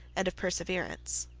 and of perseverance.